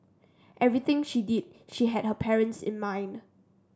everything she did she had her parents in mind